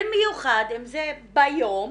במיוחד אם זה ביום